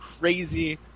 crazy